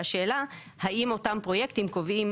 והשאלה האם אותם פרויקטים קובעים,